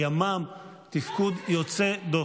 תפקוד יוצא דופן.